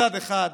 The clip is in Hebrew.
מצד אחד,